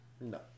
No